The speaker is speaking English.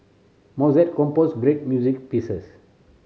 Mozart composed great music pieces